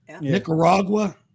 Nicaragua